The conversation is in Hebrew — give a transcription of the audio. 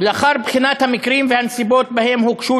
לאחר בחינת המקרים והנסיבות שבהם הוגשו